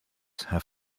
have